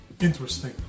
interesting